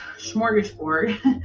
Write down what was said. smorgasbord